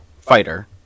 fighter